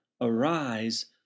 arise